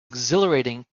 exhilarating